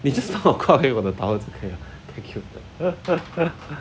你 just 帮我挂回我的 towel 就可以了 thank you